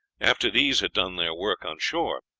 after these had done their work on shore.